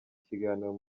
ikiganiro